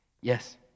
Yes